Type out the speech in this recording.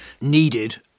needed